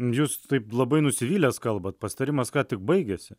jūs taip labai nusivylęs kalbat pasitarimas ką tik baigėsi